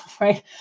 right